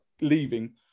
leaving